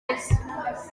mwiza